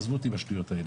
עזבו אותי מהשטויות האלה,